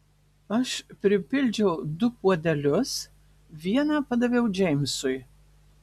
aš pripildžiau du puodelius vieną padaviau džeimsui